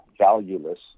valueless